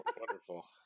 Wonderful